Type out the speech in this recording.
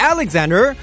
Alexander